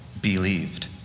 believed